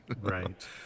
Right